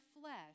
flesh